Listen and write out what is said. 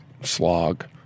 Slog